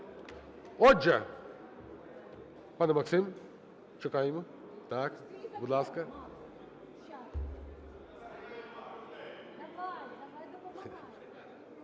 Отже… Пане Максим, чекаємо. Так, будь ласка.